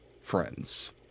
friends